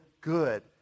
good